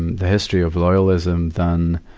the history of loyalism than